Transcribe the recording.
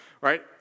right